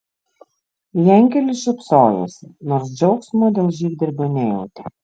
jankelis šypsojosi nors džiaugsmo dėl žygdarbio nejautė